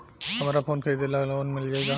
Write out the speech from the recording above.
हमरा फोन खरीदे ला लोन मिल जायी?